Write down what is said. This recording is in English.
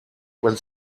when